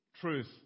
truth